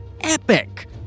epic